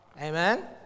Amen